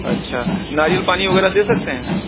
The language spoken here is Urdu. اچھا ناریل پانی وغیرہ دے سکتے ہیں